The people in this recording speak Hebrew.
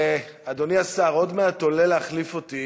אדוני השר, עוד מעט עולה להחליף אותי